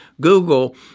Google